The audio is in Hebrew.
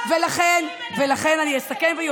שאני יושבת ומדברת והולכת להפגנות של